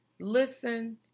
Listen